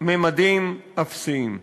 לממדים אפסיים.